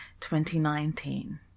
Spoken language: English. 2019